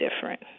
different